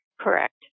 Correct